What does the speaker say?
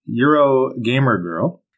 EuroGamerGirl